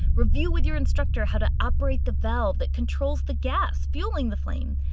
review with your instructor how to operate the valve that controls the gas fueling the flame.